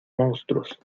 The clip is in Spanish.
monstruos